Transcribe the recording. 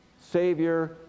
Savior